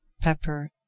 pepper